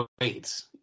wait